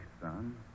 son